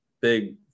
big